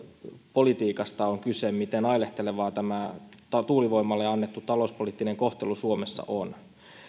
politiikasta on kyse miten ailahtelevaa tämä tuulivoimalle annettu talouspoliittinen kohtelu suomessa on